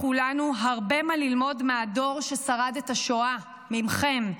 לכולנו, הרבה מה ללמוד מהדור ששרד את השואה, מכם,